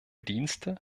dienste